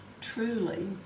truly